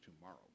tomorrow